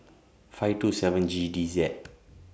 five two seven G D Z